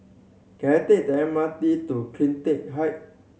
can I take the M R T to Cleantech Height